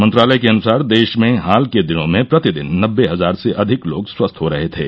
मंत्रालय के अनुसार देश में हाल के दिनों में प्रतिदिन नब्बे हजार से अधिक लोग स्वस्थ हो रहे थे